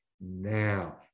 now